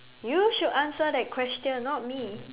you should answer that question not me